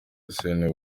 arsene